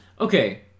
Okay